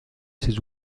ses